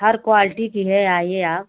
हर quality की है आइए आप